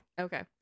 Okay